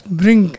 bring